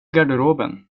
garderoben